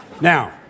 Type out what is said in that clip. Now